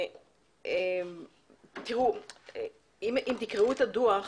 אם תקראו את הדו"ח,